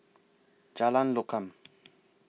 Jalan Lokam